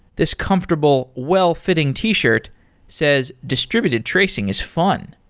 this comfortable, well-fitting t-shirt says, distributed tracing is fun,